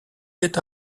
est